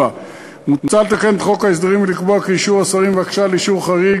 4. מוצע לתקן את חוק ההסדרים ולקבוע כי אישור השרים בבקשה לאישור חריג